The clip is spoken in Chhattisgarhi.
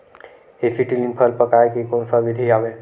एसीटिलीन फल पकाय के कोन सा विधि आवे?